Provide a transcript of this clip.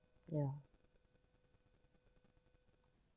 ya